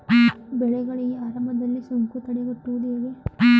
ಬೆಳೆಗಳಿಗೆ ಆರಂಭದಲ್ಲಿ ಸೋಂಕು ತಡೆಗಟ್ಟುವುದು ಹೇಗೆ?